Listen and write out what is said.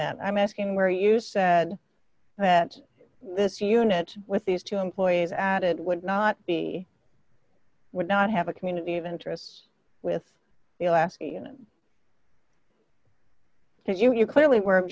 that i'm asking where you said that this unit with these two employees added would not be would not have a community of interests with the last year you clearly were